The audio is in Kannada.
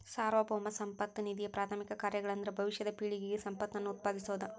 ಸಾರ್ವಭೌಮ ಸಂಪತ್ತ ನಿಧಿಯಪ್ರಾಥಮಿಕ ಕಾರ್ಯಗಳಂದ್ರ ಭವಿಷ್ಯದ ಪೇಳಿಗೆಗೆ ಸಂಪತ್ತನ್ನ ಉತ್ಪಾದಿಸೋದ